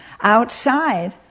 outside